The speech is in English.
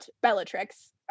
Bellatrix